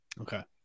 Okay